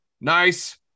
Nice